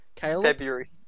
February